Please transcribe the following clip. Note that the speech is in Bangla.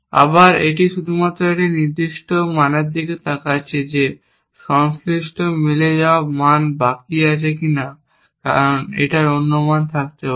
আবার এটি শুধুমাত্র এই নির্দিষ্ট মানটির দিকে তাকাচ্ছে যে একটি সংশ্লিষ্ট মিলে যাওয়া মান বাকি আছে কিনা কারণ এটির অন্য মান থাকতে পারে